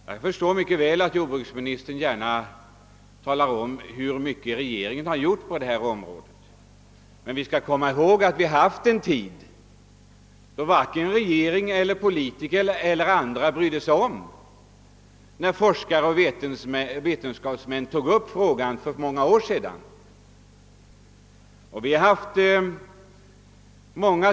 Jag förstår att jordbruksministern gärna talar om vad regeringen har gjort på detta område, men vi skall komma ihåg att vi har haft en tid då varken regeringen eller politikerna brydde sig om vad forskare och vetenskapsmän sade då de för många år sedan tog upp miljövårdsfrågorna.